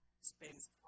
spends